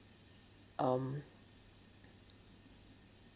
um